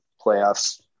playoffs